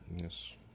yes